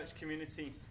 community